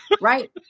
Right